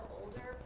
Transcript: older